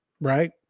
right